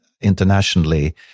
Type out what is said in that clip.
internationally